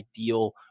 ideal